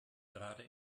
gerade